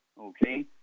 okay